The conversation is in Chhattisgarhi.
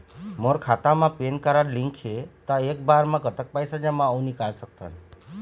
मोर खाता मा पेन कारड लिंक हे ता एक बार मा कतक पैसा जमा अऊ निकाल सकथन?